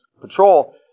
patrol